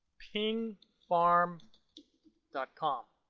ping farm dot com.